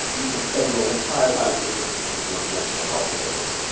you can spend your entire life looking at consumer reports on coffee makers.